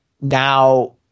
now